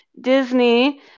Disney